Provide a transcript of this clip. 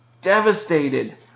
devastated